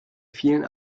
vielen